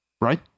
Right